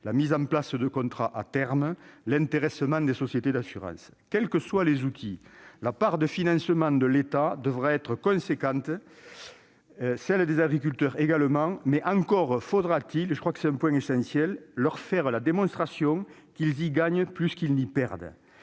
la mise en place de contrats à terme, l'intéressement des sociétés d'assurance. Quels que soient les outils, la part de financement de l'État devra être importante, et celle des agriculteurs également. Mais encore faudra-t-il, et c'est un point essentiel, faire la démonstration à ces derniers qu'ils y gagneront plus qu'ils n'y perdront.